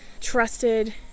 trusted